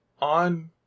on